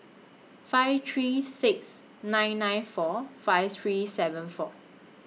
five three six nine nine four five three seven four